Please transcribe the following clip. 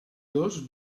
dos